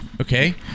Okay